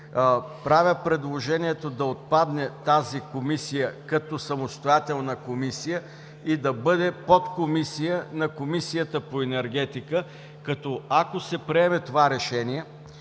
Правя предложението да отпадне тази комисия като самостоятелна и да бъде подкомисия на Комисията по енергетика. Ако се приеме това решение,